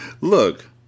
Look